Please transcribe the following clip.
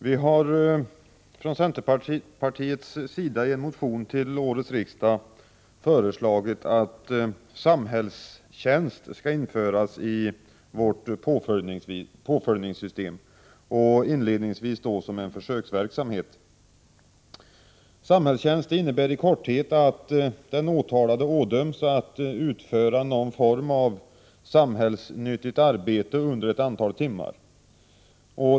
Herr talman! Vi har från centerpartiets sida i en motion till årets riksmöte föreslagit att samhällstjänst skall införas i vårt påföljdssystem, inledningsvis som en försöksverksamhet. Samhällstjänst innebär i korthet att den åtalade ådöms att utföra någon form av samhällsnyttigt arbete under ett antal timmar.